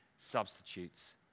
substitutes